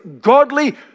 godly